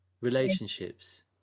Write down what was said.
relationships